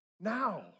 now